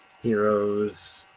Heroes